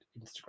instagram